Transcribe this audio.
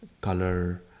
color